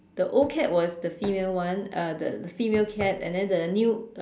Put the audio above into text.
the old cat was the female one uh the the female cat and then the new